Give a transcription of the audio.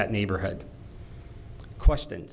that neighborhood question